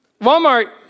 Walmart